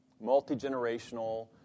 Multi-generational